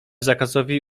zakazowi